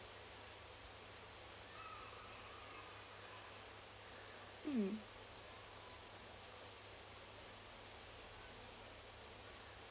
mm